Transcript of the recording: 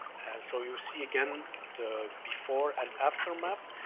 so you see again the before and after map.